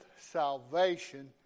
salvation